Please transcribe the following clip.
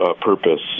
purpose